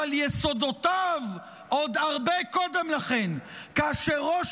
אבל יסודותיו עוד הרבה קודם לכן: כאשר ראש